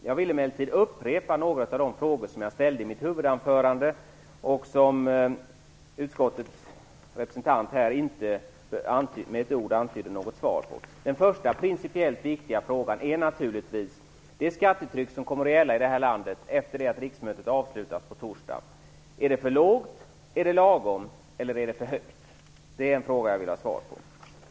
Jag vill emellertid upprepa några av de frågor som jag ställde i mitt huvudanförande och som utskottets representant här inte med ett ord antydde något svar på. Den första principiellt viktiga frågan är naturligtvis det skattetryck som kommer att gälla i det här landet efter det att riksmötet avslutas på torsdag. Är det för lågt, är det lagom, eller är det för högt? Det är en fråga som jag vill ha svar på.